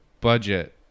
budget